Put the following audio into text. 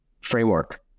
framework